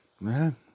Man